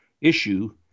issue